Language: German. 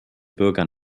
bürgern